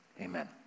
amen